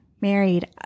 married